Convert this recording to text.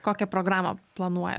kokią programą planuojat